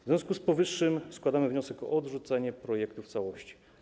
W związku z powyższym składamy wniosek o odrzucenie projektu w całości.